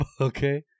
okay